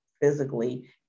physically